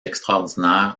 extraordinaires